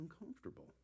uncomfortable